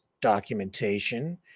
documentation